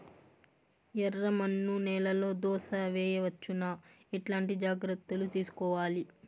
ఎర్రమన్ను నేలలో దోస వేయవచ్చునా? ఎట్లాంటి జాగ్రత్త లు తీసుకోవాలి?